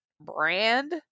brand